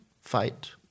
fight